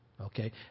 okay